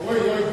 אוי אוי,